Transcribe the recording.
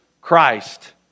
Christ